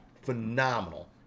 phenomenal